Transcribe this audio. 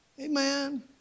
Amen